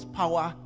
power